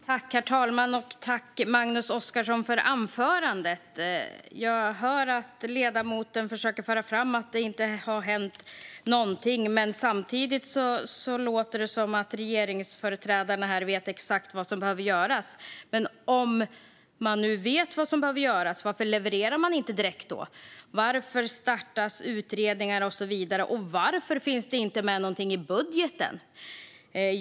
Herr talman! Jag hör att ledamoten försöker föra fram att det inte har hänt någonting, men samtidigt låter det som att regeringsföreträdarna här vet exakt vad som behöver göras. Men om man nu vet vad som behöver göras, varför levererar man då inte direkt? Varför startas utredningar och så vidare? Och varför finns det inte med någonting i budgeten?